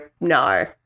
no